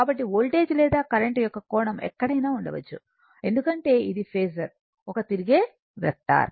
కాబట్టి వోల్టేజ్ లేదా కరెంట్ యొక్క కోణం ఎక్కడైనా ఉండవచ్చు ఎందుకంటే ఇది ఫేసర్ ఒక తిరిగే వెక్టార్